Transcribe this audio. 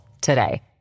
today